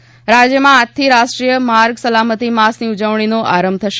માર્ગ સલામતી રાજ્યમાં આજથી રાષ્ટ્રીય માર્ગ સલામતી માસની ઉજવણીનો આરંભ થશે